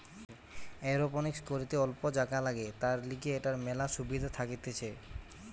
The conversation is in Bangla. এরওপনিক্স করিতে অল্প জাগা লাগে, তার লিগে এটার মেলা সুবিধা থাকতিছে